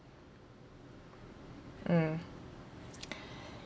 mm